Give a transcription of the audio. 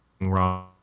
wrong